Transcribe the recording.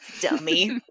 dummy